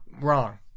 Wrong